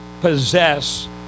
possess